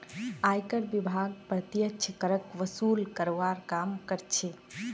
आयकर विभाग प्रत्यक्ष करक वसूल करवार काम कर्छे